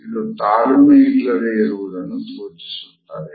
ಇದು ತಾಳ್ಮೆ ಇಲ್ಲದೆ ಇರುವುದನ್ನು ಸೂಚಿಸುತ್ತದೆ